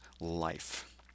life